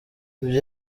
ibyo